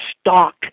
stock